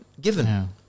given